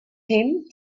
him